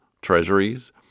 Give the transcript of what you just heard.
treasuries